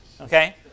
okay